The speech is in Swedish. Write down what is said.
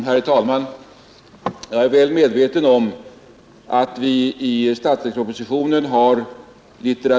Herr talman! Jag är väl medveten om att vi i statsverkspropositionen har litt.